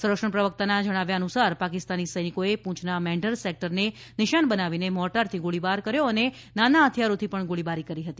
સંરક્ષણ પ્રવક્તાના જણાવ્યા અનુસાર પાકિસ્તાની સૈનિકોએ પૂંછના મેંઢર સેક્ટરને નિશાન બનાવીને મોર્ટારથી ગોળીબાર અને નાના હથિયારોથી ગોળીબારી કરી હતી